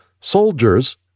soldiers